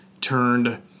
turned